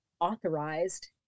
authorized